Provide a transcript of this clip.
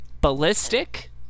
ballistic